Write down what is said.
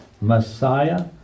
Messiah